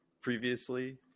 previously